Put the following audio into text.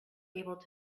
able